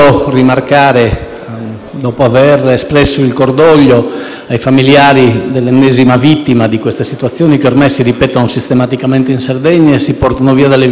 ai familiari dell'ennesima vittima di situazioni che ormai si ripetono sistematicamente in Sardegna e si portano via delle vite umane. Oggi è mancata una madre di famiglia; c'è ancora